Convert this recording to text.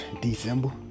December